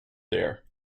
there